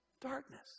Darkness